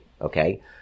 okay